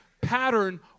pattern